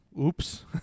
oops